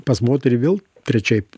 pas moterį vėl trečiaip